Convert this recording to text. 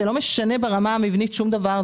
זה לא משנה ברמה המבנית שום דבר,